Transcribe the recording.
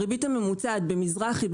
הריבית הממוצעת במזרחי,